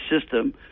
system